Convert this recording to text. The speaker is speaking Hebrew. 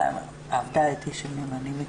רלה אתנו?